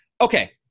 Okay